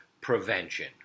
prevention